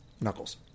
Knuckles